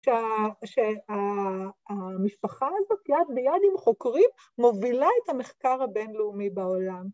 ‫שהמשפחה הזאת יד ביד עם חוקרים ‫מובילה את המחקר הבינלאומי בעולם.